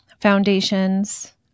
foundations